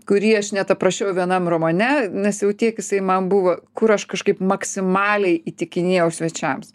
kurį aš net aprašiau vienam romane nes jau tiek jisai man buvo kur aš kažkaip maksimaliai įtikinėjau svečiams